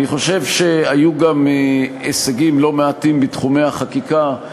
אני חושב שהיו גם הישגים לא מעטים בתחומי החקיקה,